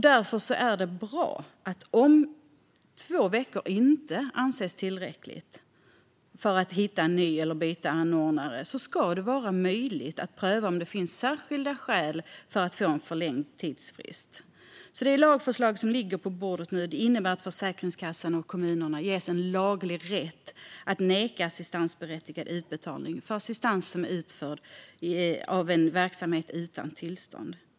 Därför är det bra att det ska vara möjligt att pröva om det finns särskilda skäl för en förlängd tidsfrist om två veckor inte anses tillräckligt för att hitta en ny anordnare eller byta anordnare. Det lagförslag som nu ligger på bordet innebär att Försäkringskassan och kommunerna ges laglig rätt att neka en assistansberättigad utbetalning för assistans som utförts av en verksamhet utan tillstånd.